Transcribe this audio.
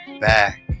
back